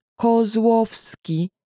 Kozłowski